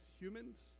humans